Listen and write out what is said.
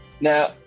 Now